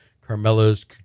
Carmelo's